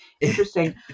interesting